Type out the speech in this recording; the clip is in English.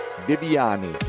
Viviani